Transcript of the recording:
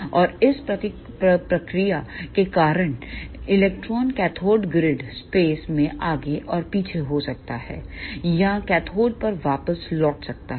और इस प्रक्रिया के कारण इलेक्ट्रॉन कैथोड ग्रिड स्पेस में आगे और पीछे हो सकता है या कैथोड पर वापस लौट सकता है